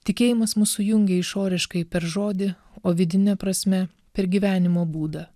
tikėjimas mus sujungia išoriškai per žodį o vidine prasme per gyvenimo būdą